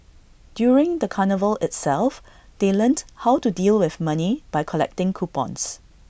during the carnival itself they learnt how to deal with money by collecting coupons